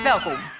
Welkom